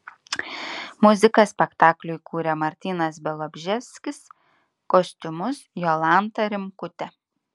muziką spektakliui kūrė martynas bialobžeskis kostiumus jolanta rimkutė